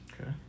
Okay